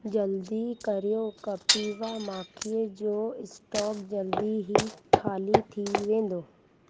जल्दी करियो कपिवा माखीअ जो स्टॉक जल्दी ई खाली थी वेंदो